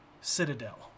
citadel